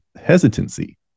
hesitancy